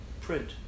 print